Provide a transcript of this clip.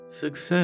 Success